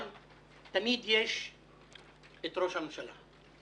אבל תמיד יש את ראש הממשלה.